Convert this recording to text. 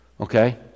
Okay